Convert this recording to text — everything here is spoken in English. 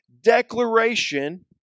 declaration